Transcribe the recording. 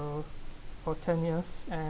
for ten years and